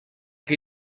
que